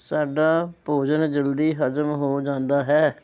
ਸਾਡਾ ਭੋਜਨ ਜਲਦੀ ਹਜ਼ਮ ਹੋ ਜਾਂਦਾ ਹੈ